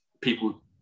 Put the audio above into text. people